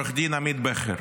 עו"ד עמית בכר,